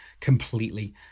completely